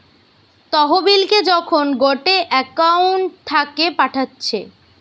তহবিলকে যখন গটে একউন্ট থাকে পাঠাচ্ছে